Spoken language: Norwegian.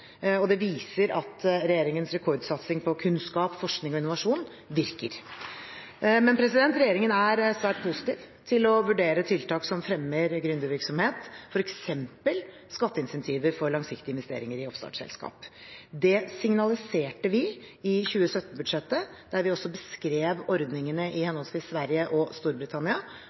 Det viser at regjeringens rekordsatsing på kunnskap, forskning og innovasjon virker. Regjeringen er svært positiv til å vurdere tiltak som fremmer gründervirksomhet, f.eks. skatteinsentiver for langsiktige investeringer i oppstartsselskap. Det signaliserte vi i 2017-budsjettet, der vi også beskrev ordningene i henholdsvis Sverige og Storbritannia